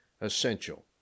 essential